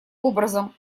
образом